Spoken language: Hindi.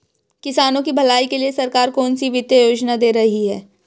किसानों की भलाई के लिए सरकार कौनसी वित्तीय योजना दे रही है?